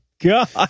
god